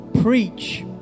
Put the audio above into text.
preach